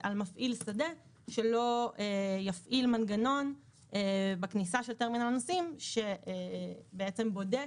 ועל מפעיל שדה שלא יפעיל מנגנון בכניסה של טרמינל הנוסעים שבעצם בודק